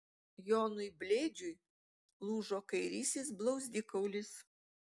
jonui blėdžiui lūžo kairysis blauzdikaulis